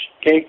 okay